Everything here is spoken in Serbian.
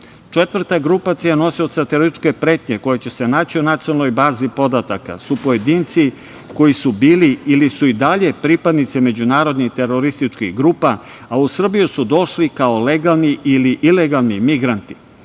planu. Četvrta grupacija nosioca terorističke pretnje koje će se naći u nacionalnoj bazi podataka su pojedinci koji su bili ili su i dalje pripadnici međunarodnih terorističkih grupa, a u Srbiju su došli kao legalni ili ilegalni migranti,